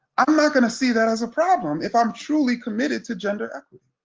i'm not gonna see that as a problem if i'm truly committed to gender equity.